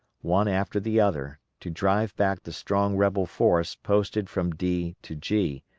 one after the other, to drive back the strong rebel force posted from d to g,